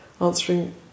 answering